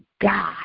God